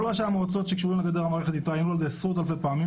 כל ראשי המועצות שקשורים לגדר המערכת התלוננו על זה עשרות אלפי פעמים.